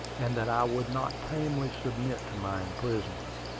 and that i would not tamely submit to my imprisonment.